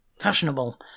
fashionable